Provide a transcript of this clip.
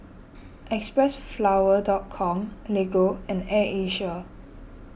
Xpressflower dot com Lego and Air Asia